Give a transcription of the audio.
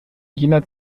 jener